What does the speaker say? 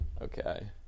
Okay